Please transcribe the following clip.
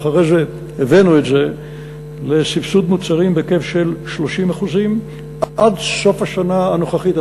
ואחרי זה הבאנו את זה לסבסוד מוצרים בהיקף של 30%. עד סוף השנה הנוכחית,